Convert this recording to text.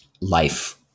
life